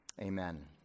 Amen